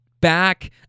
back